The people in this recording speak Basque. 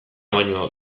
baino